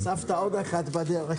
אני נועל את הדיון.